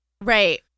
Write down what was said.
Right